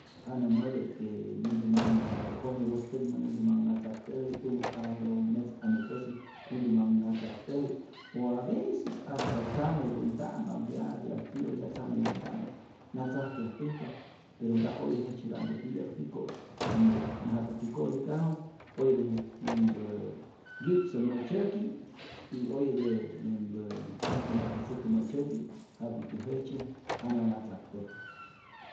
Ja nämätä que näntä manh jyomye wästäjkmäk näntä manh na tzaktäji, tumä ame'oj o metz amekäsi näntä manh na tzaktäji o a veces hasta tzame pänta'map ya dealtiro ya tzame pänta'map na tzajkyajtäjpa, pero nta oye jejtzyeta'mpä titya'p, jiko' yänhpä ja'kutyä ko'täjkaju oyetä yänhpä nki'psä mä'tzyäki' y oyetä yänhpä comprometetzäkä mä'tzyäki' ja'kutyä jejtzye jana na tzaktäju.